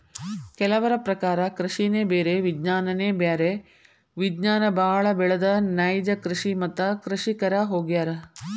ಕೆಲವರ ಪ್ರಕಾರ ಕೃಷಿನೆ ಬೇರೆ ವಿಜ್ಞಾನನೆ ಬ್ಯಾರೆ ವಿಜ್ಞಾನ ಬಾಳ ಬೆಳದ ನೈಜ ಕೃಷಿ ಮತ್ತ ಕೃಷಿಕರ ಹೊಗ್ಯಾರ